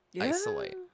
isolate